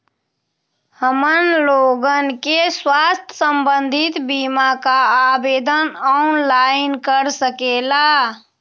हमन लोगन के स्वास्थ्य संबंधित बिमा का आवेदन ऑनलाइन कर सकेला?